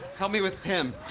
help me with him.